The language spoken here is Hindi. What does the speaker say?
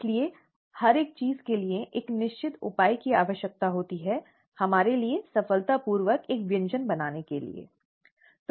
इसलिए हर एक चीज के लिए एक निश्चित उपाय की आवश्यकता होती है हमारे लिए सफलतापूर्वक एक व्यंजन बनाने के लिए ठीक है